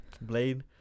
Blade